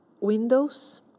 windows